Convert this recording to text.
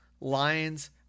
lions